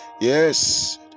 Yes